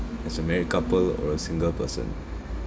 as a married couple or a single person